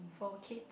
four kids